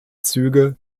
züge